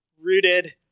rooted